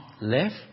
left